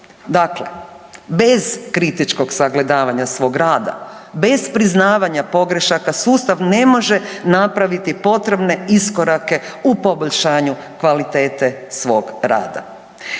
Dakle, bez kritičkog sagledavanja svog rada, bez priznavanja pogrešaka sustav ne može napraviti potrebne iskorake u poboljšanju kvalitete svog rada.